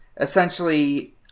essentially